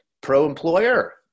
pro-employer